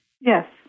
Yes